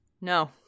No